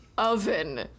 Oven